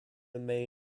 may